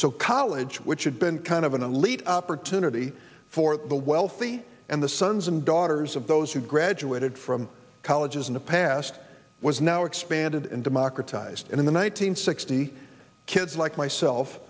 so college which had been kind of an elite opportunity for the wealthy and the sons and daughters of those who graduated from college in the past was now expanded and democratized in the one nine hundred sixty kids like myself